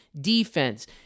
defense